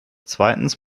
zweitens